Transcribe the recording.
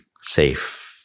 safe